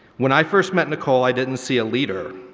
when i first met nicole, i didn't see a leader,